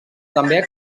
també